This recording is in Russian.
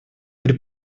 при